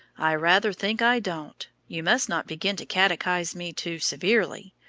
i rather think i don't. you must not begin to catechise me too severely.